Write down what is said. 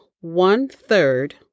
one-third